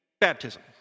baptism